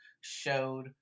showed